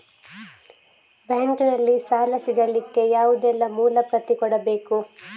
Bank ನಲ್ಲಿ ಸಾಲ ಸಿಗಲಿಕ್ಕೆ ಯಾವುದೆಲ್ಲ ಮೂಲ ಪ್ರತಿ ಕೊಡಬೇಕು?